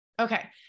Okay